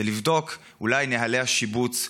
זה לבדוק: אולי נוהלי השיבוץ,